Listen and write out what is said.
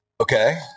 Okay